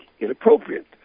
inappropriate